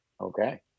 Okay